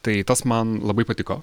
tai tas man labai patiko